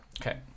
Okay